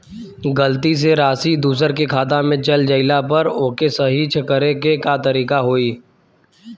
गलती से राशि दूसर के खाता में चल जइला पर ओके सहीक्ष करे के का तरीका होई?